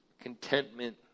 contentment